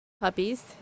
Puppies